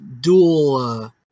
dual